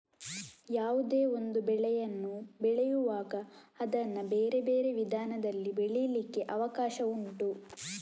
ಯಾವುದೇ ಒಂದು ಬೆಳೆಯನ್ನು ಬೆಳೆಯುವಾಗ ಅದನ್ನ ಬೇರೆ ಬೇರೆ ವಿಧಾನದಲ್ಲಿ ಬೆಳೀಲಿಕ್ಕೆ ಅವಕಾಶ ಉಂಟು